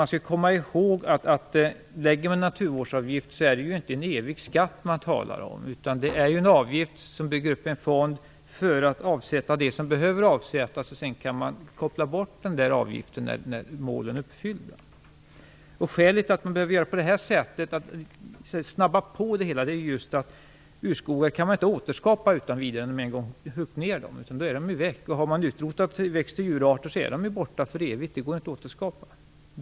Man skall komma ihåg att en naturvårdsavgift inte är någon evig skatt, utan det är en avgift för att bygga upp en fond dit man skall avsätta de medel som behövs. När målen sedan är uppfyllda kan man koppla bort avgiften. Skälet till att man behöver snabba på det hela på det här sättet är att man inte kan återskapa urskogar utan vidare. Har man en gång huggit ned dem är de väck, och har man en gång utrotat växt eller djurarter är de borta för evigt och går inte att återskapa.